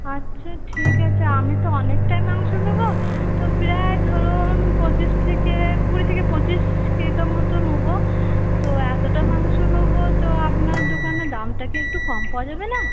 আচ্ছা ঠিক আছে আমি তো অনেকটাই মাংস নেবো তা প্রায় ধরুন পঁচিশ থেকে কুড়ি থেকে পঁচিশ কিলো মতো নোবো তো এতটা মাংস নোবো তো আপনার দোকানে দামটা কি একটু কম পাওয়া যাবে না